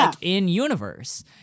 in-universe